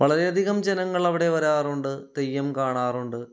വളരെയധികം ജനങ്ങൾ അവിടെ വരാറുണ്ട് തെയ്യം കാണാറുണ്ട്